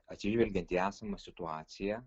atsižvelgiant į esamą situaciją